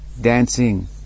dancing